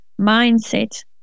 mindset